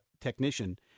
technician